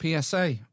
PSA